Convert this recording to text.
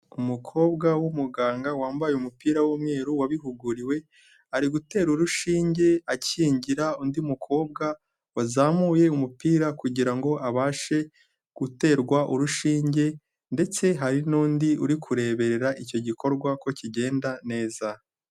Umukobwa w'umuganga wambaye umupira w'umweru wabihuguriwe, ari gutera urushinge akingira undi mukobwa wazamuye umupira kugira ngo abashe guterwa urushinge, ndetse hari n'undi uri kureberera icyo gikorwa ko kigenda neza.